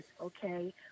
okay